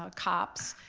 ah cops,